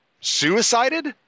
suicided